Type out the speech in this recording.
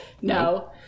No